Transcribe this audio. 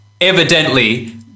evidently